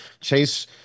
Chase